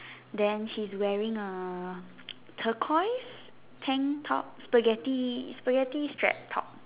then she is wearing a turquoise tank top Spaghetti Spaghetti strap top